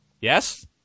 Yes